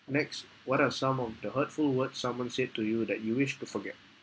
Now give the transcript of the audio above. next what are some of the hurtful words someone said to you that you wish to forget